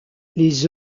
les